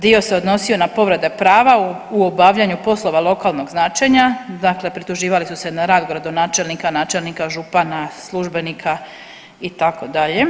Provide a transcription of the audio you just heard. Dio se odnosio na povrede prava u obavljanju poslova lokalnog značenja, dakle prituživali su se na rad gradonačelnika, načelnika, župana, službenika itd.